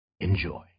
Enjoy